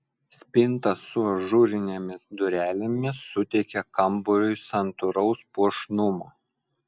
spinta su ažūrinėmis durelėmis suteikia kambariui santūraus puošnumo